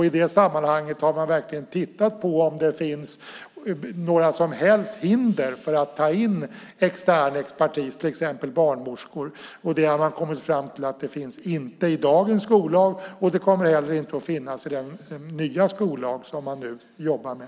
I det sammanhanget har man verkligen tittat på om det finns några som helst hinder för att ta in extern expertis, till exempel barnmorskor. Man har kommit fram till att det inte finns det i dagens skollag, och det kommer heller inte att finnas i den nya skollag som man nu jobbar med.